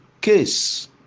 Case